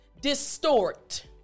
distort